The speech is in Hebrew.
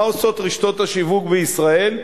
מה עושות רשתות השיווק בישראל,